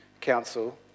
council